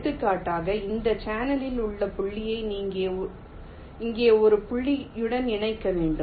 எடுத்துக்காட்டாக இந்த சேனலில் உள்ள புள்ளியை இங்கே ஒரு புள்ளியுடன் இணைக்க வேண்டும்